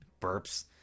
Burps